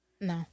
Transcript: No